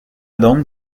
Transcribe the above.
donc